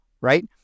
right